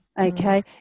Okay